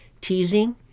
teasing